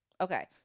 Okay